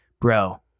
bro